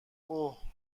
اوه